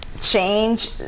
change